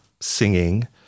singing